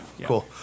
cool